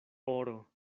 oro